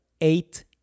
eight